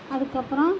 அதுக்கப்புறம்